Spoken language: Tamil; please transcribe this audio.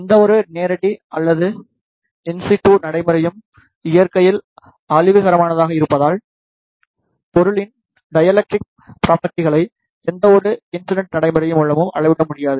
எந்தவொரு நேரடி அல்லது இன்சிட்டு நடைமுறையும் இயற்கையில் அழிவுகரமானதாக இருப்பதால் பொருளின் டை எலக்ட்ரிக் ப்ராப்பர்டிஸ்களை எந்தவொரு இன்சிட்டு நடைமுறை மூலமும் அளவிட முடியாது